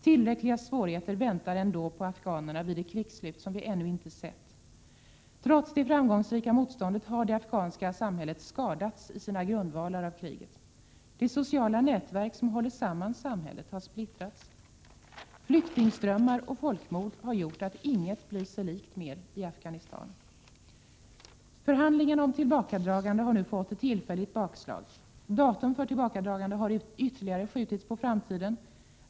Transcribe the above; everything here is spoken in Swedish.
Tillräckliga svårigheter väntar ändå på afghanerna vid det krigsslut som vi ännu inte sett. Trots det framgångsrika motståndet har det afghanska samhället skadats i sina grundvalar av kriget. De sociala nätverk som håller samman samhället har splittrats. Flyktingströmmar och folkmord har gjort att inget blir sig likt mer i Afghanistan. Förhandlingarna om tillbakadragande har nu fått ett tillfälligt bakslag. Datum för tillbakadragandet har ytterligare skjutits på framtiden.